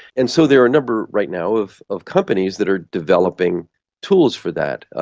and so they are a number right now of of companies that are developing tools for that.